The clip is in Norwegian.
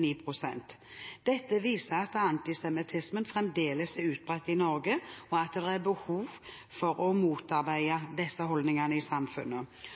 9 pst. Dette viser at antisemittismen fremdeles er utbredt i Norge, og at det er behov for å motarbeide disse holdningene i samfunnet.